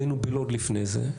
והיינו בלוד לפני זה,